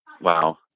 wow